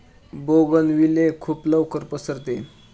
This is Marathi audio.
बोगनविले खूप लवकर पसरते